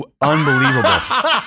unbelievable